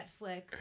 Netflix